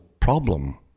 Problem